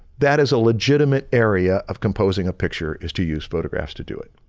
that is a legitimate area of composing a picture is to use photographs to do it.